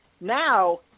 Now